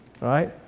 right